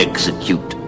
Execute